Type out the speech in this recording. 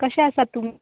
कशें आसा तूं